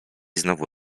znowu